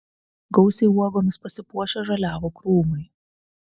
gausiai uogomis pasipuošę žaliavo krūmai